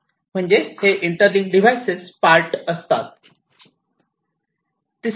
म्हणजे हे interlink devices part असतात